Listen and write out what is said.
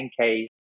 10K